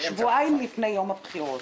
שבועיים לפני יום הבחירות.